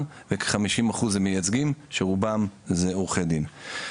וכ-50% הם מייצגים שרובם זה עורכי דין.